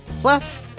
Plus